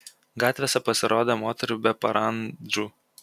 gatvėse pasirodė moterų be parandžų